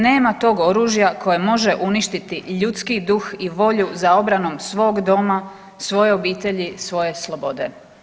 Nema tog oružja koje može uništiti ljudski duh i volju za obranu svog doma, svoje obitelji, svoje slobode.